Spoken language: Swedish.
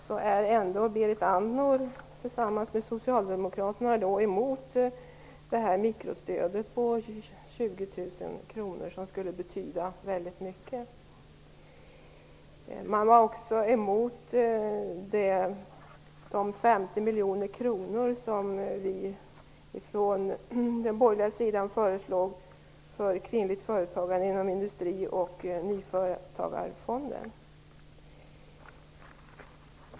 Men där är Berit Andnor och Socialdemokraterna emot det mikrostöd på 20 000 kr. som skulle betyda väldigt mycket. De var också emot de 50 miljoner kronor som vi från den borgerliga sidan föreslog för kvinnligt företagande inom Industri och nyföretagarfonden.